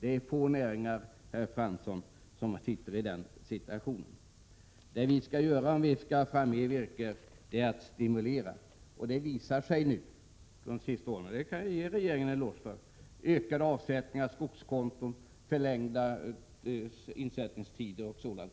Det är få näringar, herr Fransson, som är i den situationen. Vad vi skall göra, om vi vill ha fram mera virke, är att stimulera marknaden. Det har under de senaste åren visat sig — och detta kan jag ge regeringen en eloge för — att det skett en ökad insättning på skogskonton samt varit förlängda insättningstider o.d.